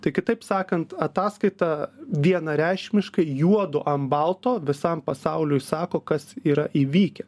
tai kitaip sakant ataskaita vienareikšmiškai juodu ant balto visam pasauliui sako kas yra įvykę